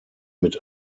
mit